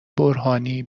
برهانی